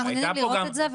אנחנו מעוניינים לראות את זה.